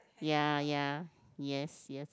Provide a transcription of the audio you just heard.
ya ya yes yes